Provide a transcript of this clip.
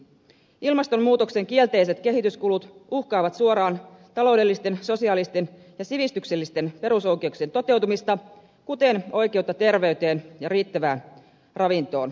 ilmastonmuutoksen kielteiset kehityskulut uhkaavat suoraan taloudellisten sosiaalisten ja sivistyksellisten perusoikeuksien toteutumista kuten oikeutta terveyteen ja riittävään ravintoon